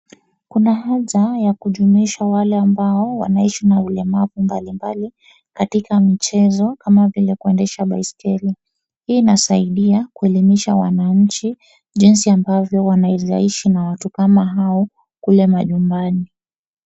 Kuna haja ya kujuimuisha wale ambao wanaishi na ulemavu mbalimbali katika mchezo kama vile kuendesha baiskeli hii inasaidia kuelimisha wananchi jinisi ambavyo wanaeza ishi na watu kama hao kule manyumbani